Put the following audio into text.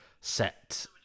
set